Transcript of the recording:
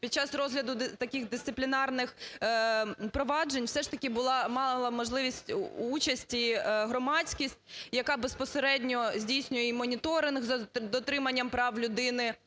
під час розгляду таких дисциплінарних проваджень, все ж таки була… мала можливість участі громадськість, яка безпосередньо здійснює і моніторинг за дотриманням прав людини